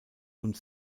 und